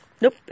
Nope